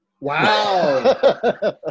Wow